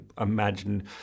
imagine